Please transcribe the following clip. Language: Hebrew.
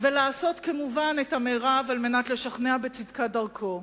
ולעשות כמובן את המירב כדי לשכנע בצדקת דרכו.